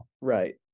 Right